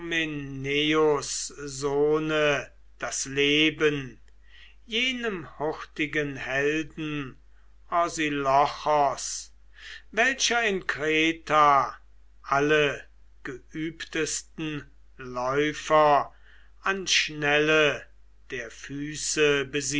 das leben jenem hurtigen helden orsilochos welcher in kreta alle geübtesten läufer an schnelle der füße